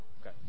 okay